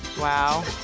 wow.